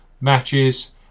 matches